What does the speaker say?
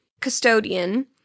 custodian